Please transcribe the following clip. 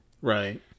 right